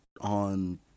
on